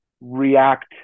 react